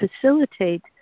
facilitate